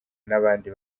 n’abandi